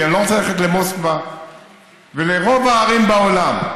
ואני לא רוצה ללכת למוסקבה ולרוב הערים בעולם.